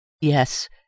Yes